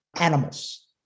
animals